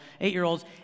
eight-year-olds